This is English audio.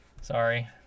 Sorry